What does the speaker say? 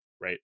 right